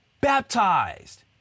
baptized